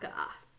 off